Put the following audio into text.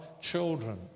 children